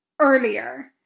earlier